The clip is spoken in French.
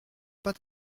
pas